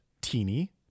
teeny